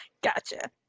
gotcha